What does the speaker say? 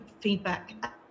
feedback